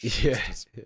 Yes